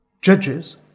judges